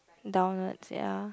downwards ya